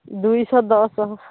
ଦୁଇଶହ ଦଶ